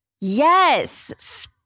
Yes